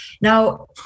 now